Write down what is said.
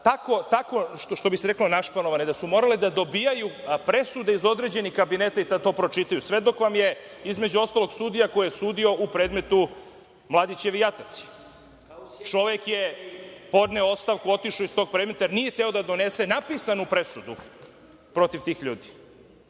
tako, što bi se reklo, naštelovane da su morale da dobijaju presude iz određenih kabineta i da to pročitaju. Svedok vam je, između ostalog, sudija koji je sudio u predmetu Mladićevi jataci. Čovek je podneo ostavku, otišao iz tog predmeta, nije hteo da donese napisanu presudu protiv tih ljudi,